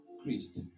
Christ